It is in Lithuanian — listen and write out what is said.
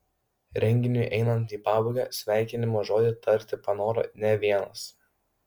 renginiui einant į pabaigą sveikinimo žodį tarti panoro ne vienas